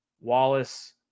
Wallace